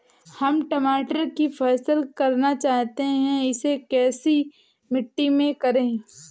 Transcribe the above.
हम टमाटर की फसल करना चाहते हैं इसे कैसी मिट्टी में करें?